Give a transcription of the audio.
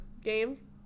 game